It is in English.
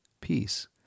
peace